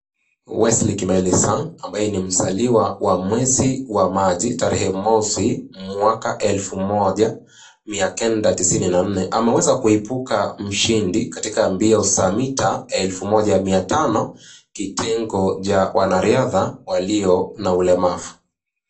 Wesley Kimeli Sang, ambaye ni mzaliwa wa mwezi wa machi tarihe mosi mwaka elfu moja mia kenda tisini nne. Amaweza kuipuka mshindi kutika mbiyo saa mita elfu moja mia tano, kitengo cha wanariadha waliyo na ulemavu.